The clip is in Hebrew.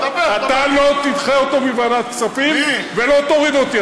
אתה לא תדחה אותו מוועדת כספים ולא תוריד אותי,